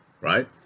right